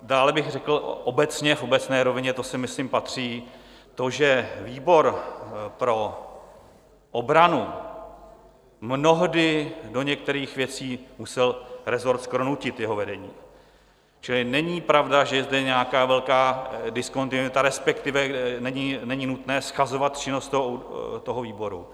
Dále bych řekl, obecně, v obecné rovině, to sem myslím patří, to, že výbor pro obranu mnohdy do některých věcí musel resort skoro nutit, jeho vedení, čili není pravda, že je zde nějaká velká diskontinuita, respektive není nutné shazovat činnost toho výboru.